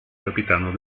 capitano